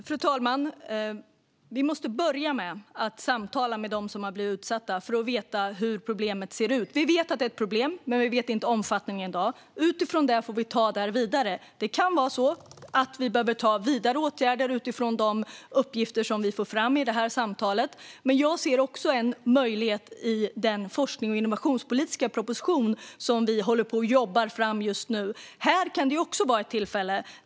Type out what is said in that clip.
Fru talman! Vi måste börja med att samtala med dem som har blivit utsatta för att få veta hur problemet ser ut. Vi vet att det är ett problem, men vi vet inte omfattningen. Utifrån det får vi ta detta vidare. Det kan vara så att vi behöver vidta vidare åtgärder utifrån de uppgifter vi får fram i detta samtal. Jag ser också den forsknings och innovationspolitiska proposition vi håller på att jobba fram som en möjlighet.